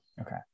Okay